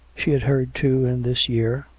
she had heard, too, in this year,